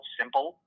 simple